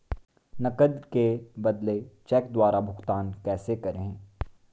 नकद के बदले चेक द्वारा भुगतान कैसे करें?